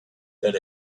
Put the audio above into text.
that